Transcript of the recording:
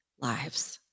lives